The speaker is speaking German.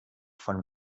von